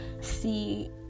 see